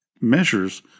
measures